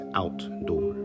outdoor